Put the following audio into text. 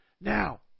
Now